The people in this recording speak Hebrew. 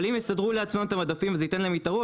אבל אם הם יסדרו לעצמם את המדפים אז זה ייתן להם יתרון?